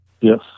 yes